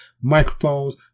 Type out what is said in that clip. microphones